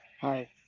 Hi